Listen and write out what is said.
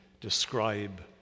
describe